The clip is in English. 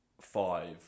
five